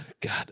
God